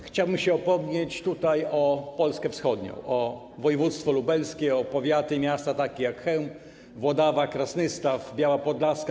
Chciałbym się upomnieć o Polskę Wschodnią, o województwo lubelskie, o powiaty i miasta, takie jak Chełm, Włodawa, Krasnystaw, Biała Podlaska,